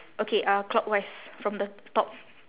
okay uh clockwise from the top